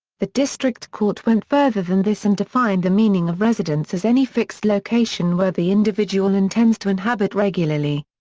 the district court went further than this and defined the meaning of residence as any fixed location where the individual intends to inhabit regularly.